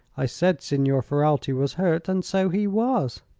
i said signor ferralti was hurt, and so he was.